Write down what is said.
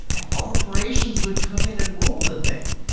that corporations would come in and rule the thing.